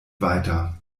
weiter